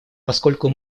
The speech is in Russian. поскольку